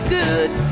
good